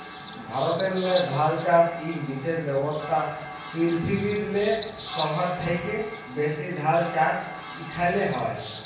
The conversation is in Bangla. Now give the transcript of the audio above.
ভারতেল্লে ধাল চাষ ইক বিশেষ ব্যবসা, পিরথিবিরলে সহব থ্যাকে ব্যাশি ধাল চাষ ইখালে হয়